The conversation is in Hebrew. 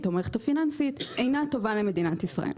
ובמערכת הפיננסית אינה טובה למדינת ישראל.